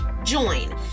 Join